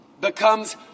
becomes